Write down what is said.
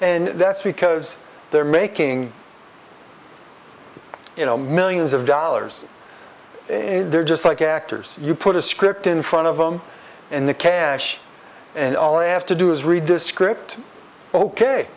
and that's because they're making you know millions of dollars in they're just like actors you put a script in front of them in the cash and all i ask to do is read this script ok